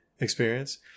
experience